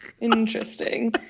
interesting